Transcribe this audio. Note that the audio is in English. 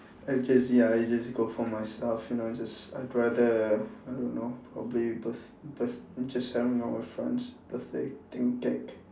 at J_C I just go for myself you know I just I rather I don't know probably births births just hanging out with friends birthday thing gag